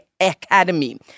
academy